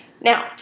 Now